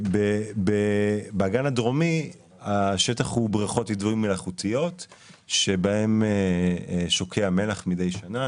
באגן הדרומי יש בריכות אידוי מלאכותיות שבהן שוקע מלח מידי שנה,